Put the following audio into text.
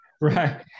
Right